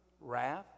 wrath